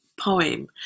poem